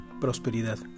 Prosperidad